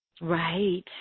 Right